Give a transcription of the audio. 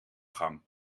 gang